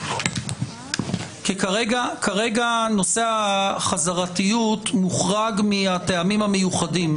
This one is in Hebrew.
כי כרגע נושא החזרתיות מוחרג מהטעמים המיוחדים.